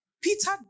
Peter